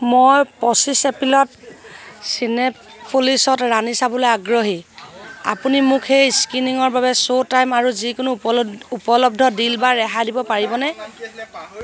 মই পঁচিছ এপ্ৰিলত চিনেপোলিছত ৰাণী চাবলৈ আগ্ৰহী আপুনি মোক সেই স্ক্ৰীনিঙৰ বাবে শ্ব' টাইম আৰু যিকোনো উপলব্ধ ডিল বা ৰেহাই দিব পাৰিবনে